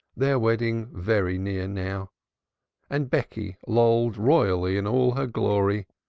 their wedding very near now and becky lolled royally in all her glory,